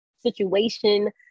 situation